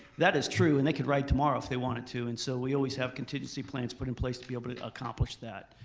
that is true and they could ride tomorrow if they wanted to and so we always have contingency plans put in place to be able to accomplish that.